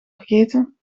vergeten